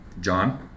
John